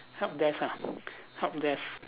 help desk ah help desk